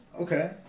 Okay